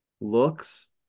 looks